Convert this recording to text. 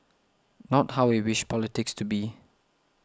not how we wish politics to be